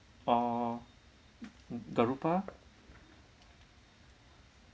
or garoupa